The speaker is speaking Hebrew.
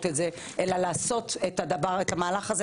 לתכנון ותקצוב יחליטו לא לדחות את זה אלא לעשות את המהלך הזה